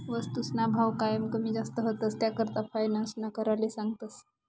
वस्तूसना भाव कायम कमी जास्त व्हतंस, त्याकरता फायनान्स कराले सांगतस